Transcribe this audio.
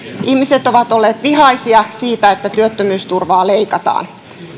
ihmiset ovat olleet vihaisia siitä että työttömyysturvaa leikataan